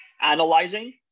analyzing